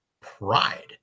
pride